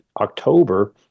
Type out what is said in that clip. October